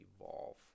evolve